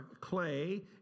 clay